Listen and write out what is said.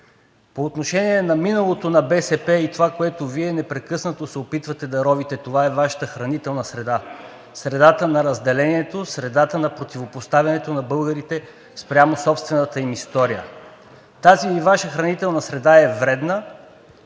По отношение на миналото на БСП и това, което Вие непрекъснато се опитвате да ровите, това е Вашата хранителна среда, средата на разделението, средата на противопоставянето на българите спрямо собствената им история. Тази Ваша хранителна среда е вредна,